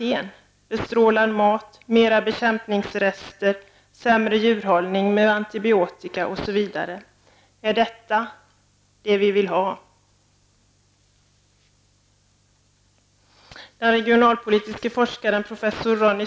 Jag tänker då på detta med bestrålad mat, på att det blir mer av bekämpningsrester, på att det blir en sämre djurhållning genom användning av antibiotika osv. Är detta vad vi vill ha?